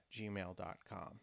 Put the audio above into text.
gmail.com